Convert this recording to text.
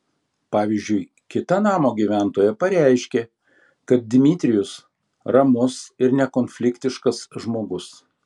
pavyzdžiui kita namo gyventoja pareiškė kad dmitrijus ramus ir nekonfliktiškas žmogus